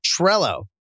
Trello